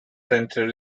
centre